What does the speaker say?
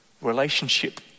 relationship